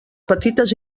petites